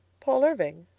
paul irving?